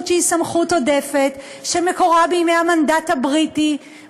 שהיא סמכות עודפת שמקורה בימי המנדט הבריטי,